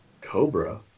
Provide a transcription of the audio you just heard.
Cobra